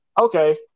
Okay